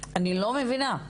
מבינה.